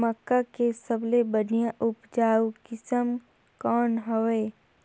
मक्का के सबले बढ़िया उपजाऊ किसम कौन हवय?